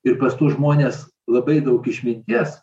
ir pas tuos žmones labai daug išminties